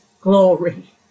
glory